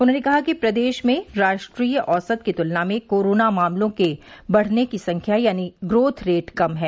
उन्होंने कहा कि प्रदेश में राष्ट्रीय औसत की तुलना में कोरोना मामलों के बढ़ने की संख्या यानी ग्रोथ रेट कम है